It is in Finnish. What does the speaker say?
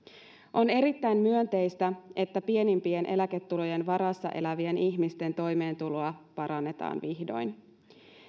on erittäin myönteistä että pienimpien eläketulojen varassa elävien ihmisten toimeentuloa parannetaan vihdoin